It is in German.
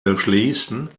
verschließen